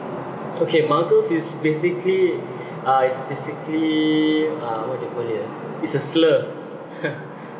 okay muggles it's basically uh it's basically uh what do you call it ah it's a slur